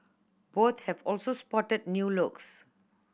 both have also spotted new looks